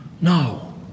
No